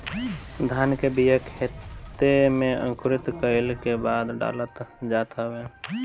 धान के बिया के खेते में अंकुरित कईला के बादे डालल जात हवे